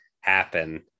happen